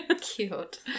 Cute